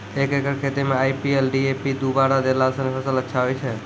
एक एकरऽ खेती मे आई.पी.एल डी.ए.पी दु बोरा देला से फ़सल अच्छा होय छै?